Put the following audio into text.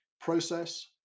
process